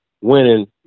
winning